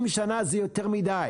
20 שנה זה יותר מדי.